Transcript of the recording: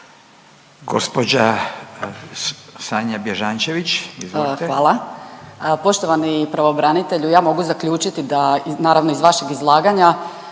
izvolite. **Bježančević, Sanja (SDP)** Hvala. Poštovani pravobranitelju, ja mogu zaključiti da naravno iz vašeg izlaganja